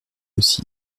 aussi